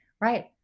Right